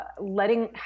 Letting